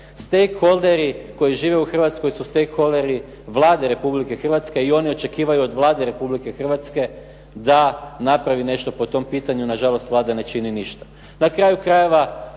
Stake holderi koji žive u Hrvatskoj su stake holderi Vlade Republike Hrvatske i oni očekuju od Vlade Republike Hrvatske da napravi nešto po tom pitanju. Na žalost, Vlada ne čini ništa. Na kraju krajeva,